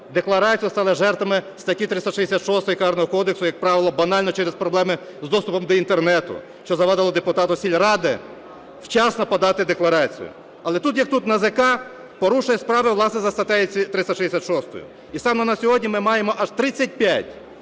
декларацію стали жертвами статті 366 карного кодексу, як правило, банально через проблеми з доступом до Інтернету, що завадило депутату сільради вчасно подати декларацію. Але тут як тут НАЗК порушує справи, власне, за статтею 366. І саме на сьогодні ми маємо аж 35